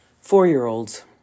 four-year-olds